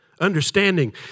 understanding